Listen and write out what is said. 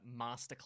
Masterclass